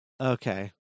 Okay